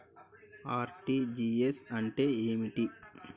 RTGS అంటే ఏమిటి?